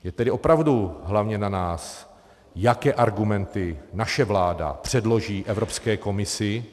Je tedy opravdu hlavně na nás, jaké argumenty naše vláda předloží Evropské komisi.